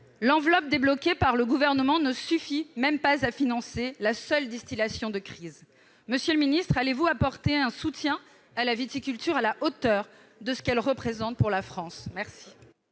L'enveloppe débloquée par le Gouvernement ne suffit même pas à financer la seule distillation de crise. Monsieur le ministre, allez-vous apporter à la viticulture un soutien à la hauteur de ce que cette filière représente pour la France ? La